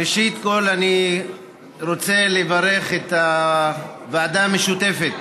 ראשית, אני רוצה לברך את הוועדה המשותפת